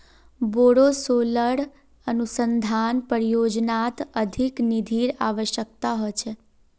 बोरो सोलर अनुसंधान परियोजनात अधिक निधिर अवश्यकता ह छेक